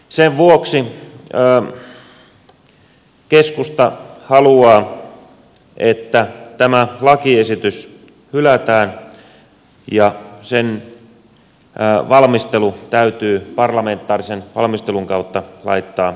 sen vuoksi keskusta haluaa että tämä lakiesitys hylätään ja sen valmistelu täytyy parlamentaarisen valmistelun kautta laittaa uusiksi